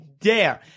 dare